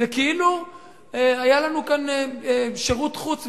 כאילו היה לנו כאן שירות חוץ,